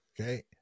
Okay